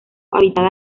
habitada